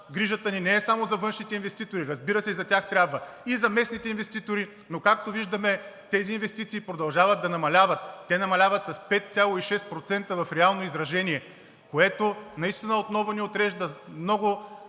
Грижата ни не е само за външните инвеститори. Разбира се, и за тях трябва, и за местните инвеститори, но както виждаме, тези инвестиции продължават да намаляват. Те намаляват с 5,6% в реално изражение, което наистина отново ни отрежда място